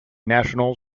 national